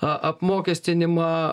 a apmokestinimą